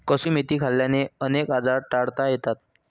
कसुरी मेथी खाल्ल्याने अनेक आजार टाळता येतात